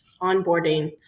onboarding